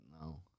No